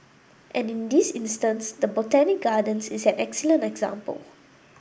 and in this instance the Botanic Gardens is an excellent example